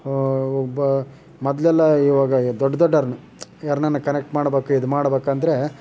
ಒಬ್ಬ ಮೊದಲೆಲ್ಲ ಇವಾಗ ಈ ದೊಡ್ಡ ದೊಡ್ಡೋರ್ನ ಯಾರ್ನಾರು ಕನೆಕ್ಟ್ ಮಾಡಬೇಕು ಇದು ಮಾಡಬೇಕೆಂದ್ರೆ